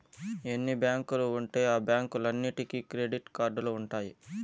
ఎన్ని బ్యాంకులు ఉంటే ఆ బ్యాంకులన్నీటికి క్రెడిట్ కార్డులు ఉంటాయి